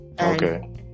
Okay